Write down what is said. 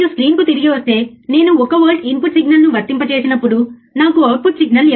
మీరు ఫ్రీక్వెన్సీ జనరేటర్ను నిశితంగా చూస్తే మేము 25 కిలోహెర్ట్జ్ను వర్తింపజేసినట్లు మీరు చూడవచ్చు